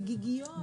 בגיגיות,